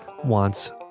wants